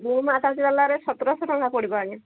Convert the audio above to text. room attach ବାଲାରେ ସତରଶହ ଟଙ୍କା ପଡ଼ିବ ଆଜ୍ଞା